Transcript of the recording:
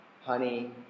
honey